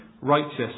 righteous